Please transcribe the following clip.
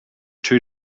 two